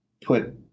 put